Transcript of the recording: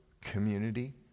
community